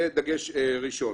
זה דגש ראשון.